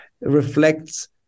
reflects